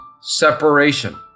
separation